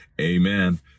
Amen